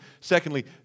Secondly